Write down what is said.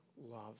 love